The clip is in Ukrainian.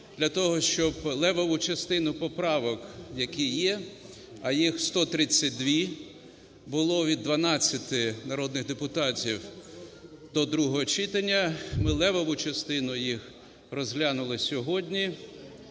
для того щоб левову частину поправок, які є, а їх 132 було від 12 народних депутатів до другого читання, ми левову частину їх розглянули сьогодні,